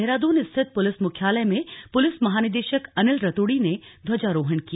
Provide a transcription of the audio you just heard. देहरादून स्थित पुलिस मुख्यालय में पुलिस महानिदेशक अनिल रतूड़ी ने ध्वजारोहण किया